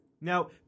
Now